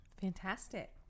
Fantastic